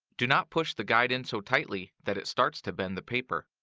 do not push the guide in so tightly that it starts to bend the paper.